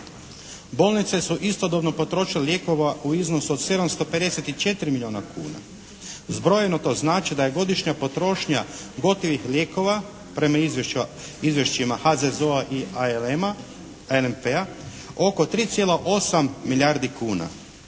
Bolnice su istodobno potrošile lijekova u iznosu od 754 milijuna kuna. Zbrojeno to znači daje godišnja potrošnja gotovih lijekova prema izvješćima HZZO-a i ALM-a … /Ne razumije